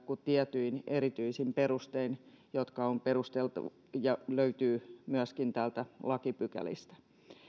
kuin tietyin erityisin perustein jotka on perusteltu ja löytyvät myöskin täältä lakipykälistä